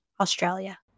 Australia